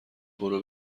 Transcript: برو